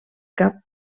cap